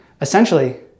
essentially